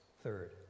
third